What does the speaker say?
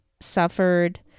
suffered